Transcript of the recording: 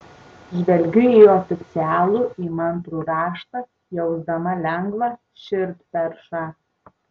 žvelgiu į oficialų įmantrų raštą jausdama lengvą širdperšą